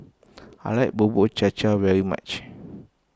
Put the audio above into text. I like Bubur Cha Cha very much